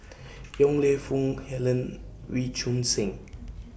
Yong Lew Foong Helen Wee Choon Seng